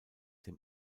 dem